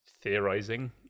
theorizing